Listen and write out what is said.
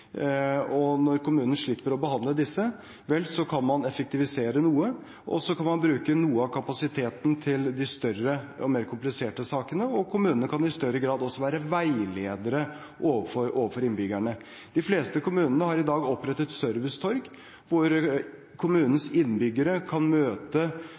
Når kommunene slipper å behandle disse, kan man effektivisere noe, og så kan man bruke noe av kapasiteten til de større og mer kompliserte sakene, og kommunene kan i større grad også være veiledere overfor innbyggerne. De fleste kommunene har i dag opprettet servicetorg, hvor kommunens innbyggere kan møte